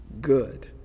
good